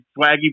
Swaggy